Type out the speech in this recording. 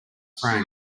frame